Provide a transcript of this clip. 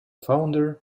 founder